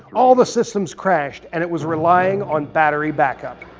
all the systems crashed, and it was relying on battery backup.